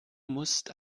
musst